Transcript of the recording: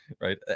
Right